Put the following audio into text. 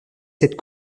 cette